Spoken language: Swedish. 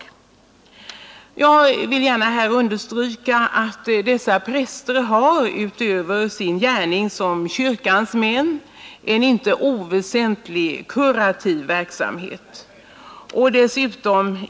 Jag vill gärna understryka att dessa präster, utöver sin gärning som kyrkans män, bedriver en icke oväsentlig kurativ verksamhet.